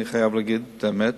אני חייב לומר את האמת,